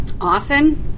often